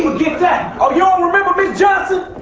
forget that? oh you don't remember ms. johnson?